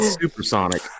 supersonic